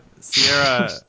Sierra